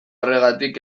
horregatik